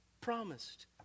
promised